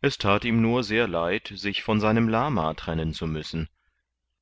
es that ihm nur sehr leid sich von seinem lama trennen zu müssen